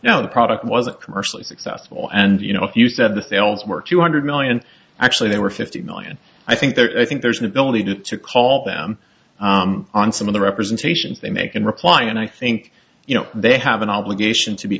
actually now the product wasn't commercially successful and you know you said the sales were two hundred million actually there were fifty nine i think there is i think there's an ability to to call them on some of the representations they make and reply and i think you know they have an obligation to be